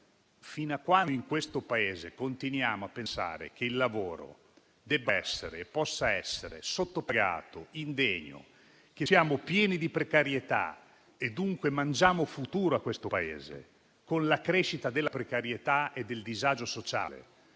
Prima questione: in questo Paese continuiamo a pensare che il lavoro debba e possa essere sottopagato e indegno, siamo pieni di precarietà e dunque mangiamo futuro a questo Paese con la crescita della precarietà e del disagio sociale,